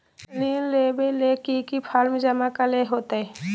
ऋण लेबे ले की की फॉर्म जमा करे होते?